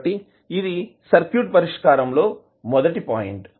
కాబట్టి ఇది సర్క్యూట్ పరిష్కారం లో మొదటి పాయింట్